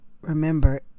remember